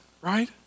right